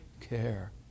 care